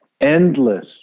endless